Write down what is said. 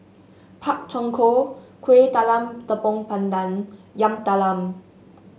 Pak Thong Ko Kueh Talam Tepong Pandan Yam Talam